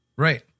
Right